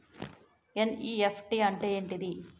NEFT అంటే ఏంటిది?